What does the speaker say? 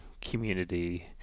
community